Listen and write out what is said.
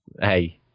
Hey